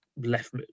Left